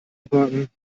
abhaken